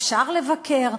אפשר לבקר,